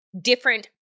different